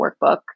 workbook